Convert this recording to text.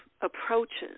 approaches